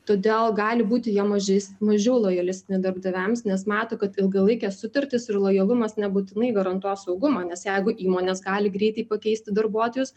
todėl gali būti jie mažais mažiau lojalistai darbdaviams nes mato kad ilgalaikės sutartys ir lojalumas nebūtinai garantuos saugumą nes jeigu įmonės gali greitai pakeisti darbuotojus